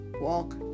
walk